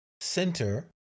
center